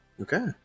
Okay